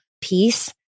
peace